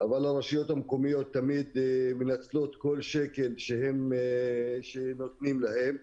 אבל הרשויות המקומיות תמיד מנצלות כל שקל שנותנים להן.